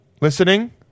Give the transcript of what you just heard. listening